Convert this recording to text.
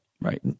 Right